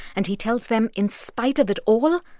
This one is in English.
and he tells them in spite of it all,